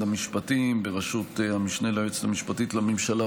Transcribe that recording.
המשפטים בראשות המשנה ליועצת המשפטית לממשלה,